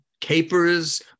capers